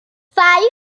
five